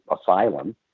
asylum